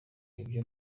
ibyo